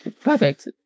perfect